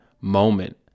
moment